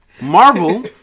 Marvel